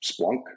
Splunk